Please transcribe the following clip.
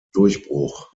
durchbruch